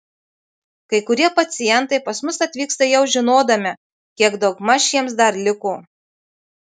kai kurie pacientai pas mus atvyksta jau žinodami kiek daugmaž jiems dar liko